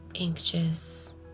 anxious